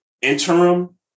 interim